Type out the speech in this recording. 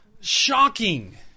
Shocking